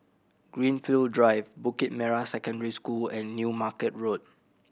Greenfield Drive Bukit Merah Secondary School and New Market Road